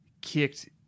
kicked